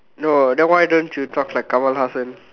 no then why don't you talk like Kamal Hassan